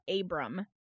Abram